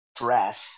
dress